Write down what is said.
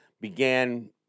began